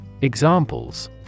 Examples